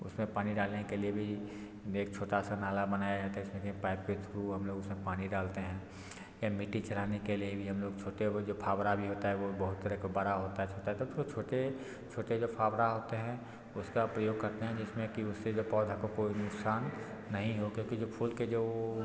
उसमें पानी डालने के लिए भी एक छोटा सा नाला बनाया जाता है जिसमें कि पाइप के थ्रू हम लोग उसमें पानी डालते हैं या मिट्टी चलाने के लिए भी हम लोग छोटे वो जो फावड़ा भी होता है वो बहुत तरह का बड़ा होता है छोटा तो उसको छोटे छोटे जो फावड़ा होते हैं उसका प्रयोग करते हैं जिसमें कि उससे जो पौधा को कोई नुकसान नहीं हो क्योंकि कि जो फूल के जो वो